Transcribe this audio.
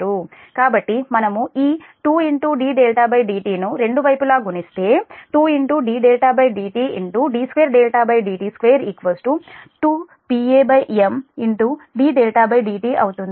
కాబట్టి మనము ఈ 2ddt ను రెండు వైపులా గుణిస్తే 2dδdt d2dt2 2 PaM dδdt అవుతుంది